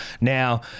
Now